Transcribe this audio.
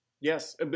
Yes